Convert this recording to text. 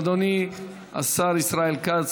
אדוני השר ישראל כץ,